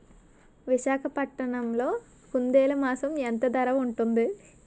విశాఖపట్నంలో కుందేలు మాంసం ఎంత ధర ఉంటుంది?